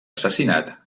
assassinat